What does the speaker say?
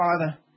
father